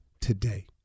today